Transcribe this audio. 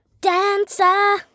dancer